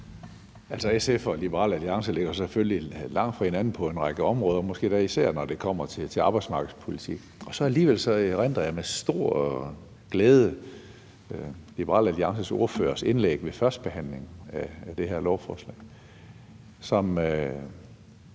SF og Liberal Alliance ligger selvfølgelig langt fra hinanden på en række områder, måske især når det kommer til arbejdsmarkedspolitik, og så erindrer jeg alligevel med stor glæde Liberal Alliances ordførers indlæg ved førstebehandlingen af det her lovforslag.